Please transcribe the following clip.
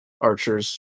archers